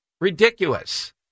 Ridiculous